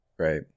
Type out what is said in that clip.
Right